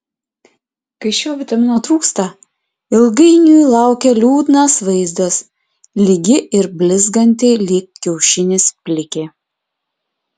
kai šio vitamino trūksta ilgainiui laukia liūdnas vaizdas lygi ir blizganti lyg kiaušinis plikė